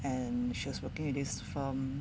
and she was working with this firm